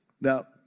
Now